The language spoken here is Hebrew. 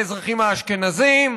האזרחים האשכנזים.